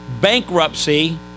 bankruptcy